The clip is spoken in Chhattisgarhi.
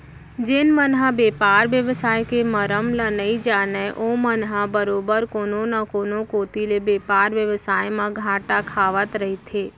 जेन मन ह बेपार बेवसाय के मरम ल नइ जानय ओमन ह बरोबर कोनो न कोनो कोती ले बेपार बेवसाय म घाटा खावत रहिथे